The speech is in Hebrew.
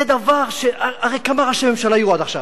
זה דבר, הרי כמה ראשי ממשלה היו עד עכשיו?